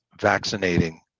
vaccinating